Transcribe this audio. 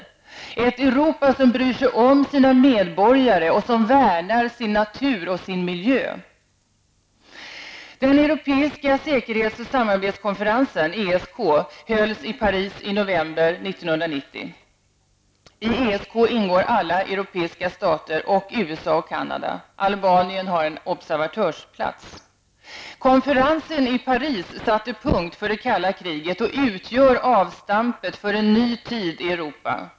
Det gäller ett Europa som bryr sig om sina medborgare och som värnar sin natur och miljö. Den europeiska säkerhets och samarbetskonferensen, ESK, hölls i Paris i november 1990. I ESK ingår alla europeiska stater samt USA och Canada. Albanien har en observatörsplats. Konferensen i Paris satte punkt för det kalla kriget och utgör avstampet för en ny tid i Europa.